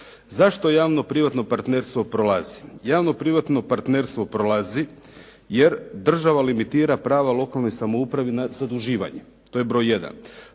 Zašto javno privatno partnerstvo prolazi? Javno privatno partnerstvo prolazi jer država limitira prava u lokalnoj samoupravi nad zaduživanje. To je broj jedan.